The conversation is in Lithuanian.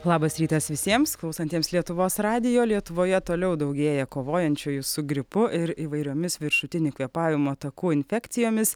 labas rytas visiems klausantiems lietuvos radijo lietuvoje toliau daugėja kovojančiųjų su gripu ir įvairiomis viršutinių kvėpavimo takų infekcijomis